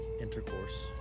intercourse